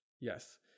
yes